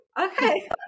Okay